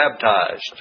baptized